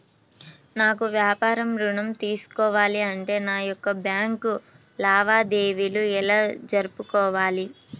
నాకు వ్యాపారం ఋణం తీసుకోవాలి అంటే నా యొక్క బ్యాంకు లావాదేవీలు ఎలా జరుపుకోవాలి?